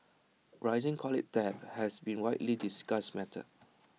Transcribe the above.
rising college debt has been A widely discussed matter